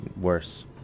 worse